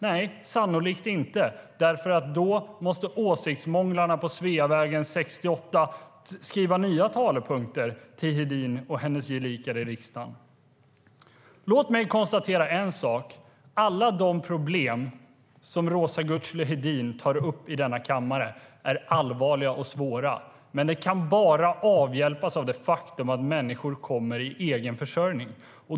Nej, sannolikt inte, därför att då måste åsiktsmånglarna på Sveavägen 68 skriva nya talepunkter till Hedin och hennes gelikar i riksdagen. Låt mig konstatera en sak: Alla de problem som Roza Güclü Hedin tar upp i denna kammare är allvarliga och svåra, men de kan bara avhjälpas av att människor kommer i egen försörjning.